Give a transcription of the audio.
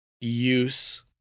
use